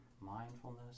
mindfulness